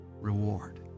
reward